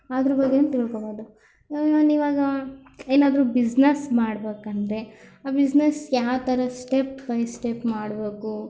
ಅದರ ಬಗ್ಗೆಯೂ ತಿಳ್ಕೊಬೋದು ನಾನಿವಾಗ ಏನಾದರೂ ಬಿಸ್ನೆಸ್ ಮಾಡಬೇಕೆಂದ್ರೆ ಆ ಬಿಸ್ನೆಸ್ ಯಾವಥರ ಸ್ಟೆಪ್ ಬೈ ಸ್ಟೆಪ್ ಮಾಡಬೇಕು